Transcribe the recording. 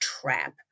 trap